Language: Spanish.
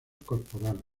corporal